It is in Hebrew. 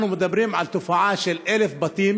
אנחנו מדברים על תופעה של 1,000 בתים